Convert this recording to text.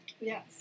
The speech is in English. Yes